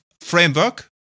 framework